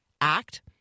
Act